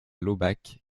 laubach